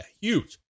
huge